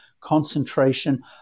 concentration